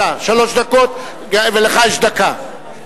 שלוש דקות, ולך יש דקה.